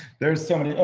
there's so many. all